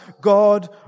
God